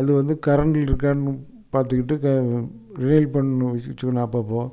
அது வந்து கரன்ட்டில் இருக்கான்னு பார்த்துக்கிட்டு ரெனியுல் பண்ணணும் அப்போப்போ